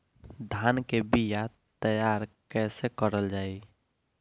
धान के बीया तैयार कैसे करल जाई?